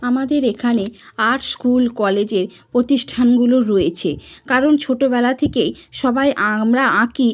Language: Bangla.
আমাদের এখানে আর্টস স্কুল কলেজের প্রতিষ্ঠানগুলো রয়েছে কারণ ছোটোবেলা থেকে সবাই আমরা আঁকি